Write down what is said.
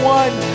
one